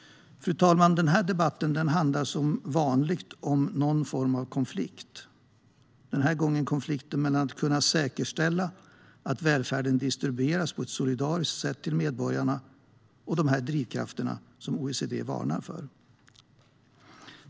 Fru talman! Denna debatt handlar som vanligt om någon form av konflikt. Denna gång handlar det om konflikten mellan säkerställandet av att välfärden distribueras på ett solidariskt sätt till medborgarna och de drivkrafter som OECD varnar för.